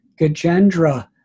Gajendra